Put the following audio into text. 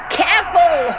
careful